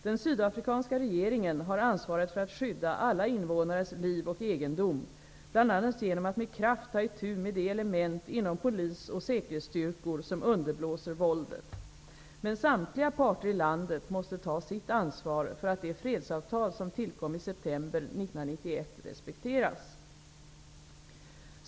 Den sydafrikanska regeringen har ansvaret för att skydda alla invånares liv och egendom, bl.a. genom att med kraft ta itu med de element inom polis och säkerhetsstyrkor som underblåser våldet. Men samtliga parter i landet måste ta sitt ansvar för att det fredsavtal som tillkom i september 1991 respekteras.